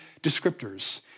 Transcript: descriptors